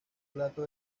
plato